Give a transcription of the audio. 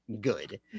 good